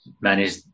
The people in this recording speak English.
manage